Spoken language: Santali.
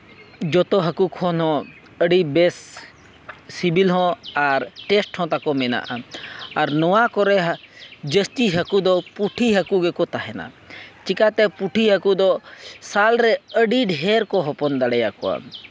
ᱡᱚᱛᱚ ᱦᱟᱹᱠᱩ ᱠᱷᱚᱱ ᱦᱚᱸ ᱟᱹᱰᱤ ᱵᱮᱥ ᱥᱤᱵᱤᱞ ᱦᱚᱸ ᱟᱨ ᱴᱮᱥᱴ ᱦᱚᱸ ᱛᱟᱠᱚ ᱢᱮᱱᱟᱜᱼᱟᱱ ᱟᱨ ᱱᱚᱣᱟ ᱠᱚᱨᱮ ᱡᱟᱹᱥᱛᱤ ᱦᱟᱹᱠᱩ ᱫᱚ ᱯᱩᱴᱷᱤ ᱦᱟᱹᱠᱩ ᱜᱮᱠᱚ ᱛᱟᱦᱮᱱᱟ ᱪᱤᱠᱟᱹᱛᱮ ᱯᱩᱴᱷᱤ ᱦᱟᱹᱠᱩ ᱫᱚ ᱥᱟᱞ ᱨᱮ ᱟᱹᱰᱤ ᱰᱷᱮᱨ ᱠᱚ ᱦᱚᱯᱚᱱ ᱫᱟᱲᱮᱭᱟᱠᱚᱣᱟ